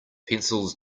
pencils